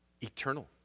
eternal